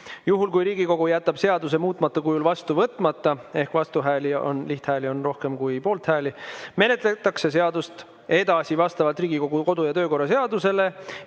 Juhul, kui Riigikogu jätab seaduse muutmata kujul vastu võtmata ehk vastuhääli, lihthääli, on rohkem kui poolthääli, menetletakse seadust edasi vastavalt Riigikogu kodu‑ ja töökorra seadusele.